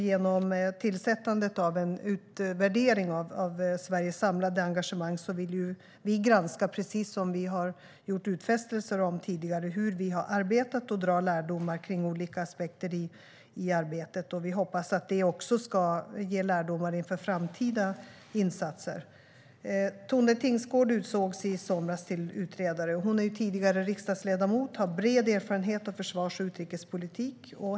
Genom tillsättandet av en utvärdering av Sveriges samlade engagemang vill vi, precis som vi har gjort utfästelser om tidigare, granska hur vi har arbetat och dra lärdom av olika aspekter på arbetet. Vi hoppas att det också ska ge lärdomar inför framtida insatser. Tone Tingsgård utsågs i somras till utredare. Hon är tidigare riksdagsledamot och har bred erfarenhet av försvars och utrikespolitik.